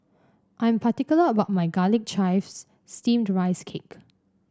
I am particular about my Garlic Chives Steamed Rice Cake